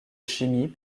chimie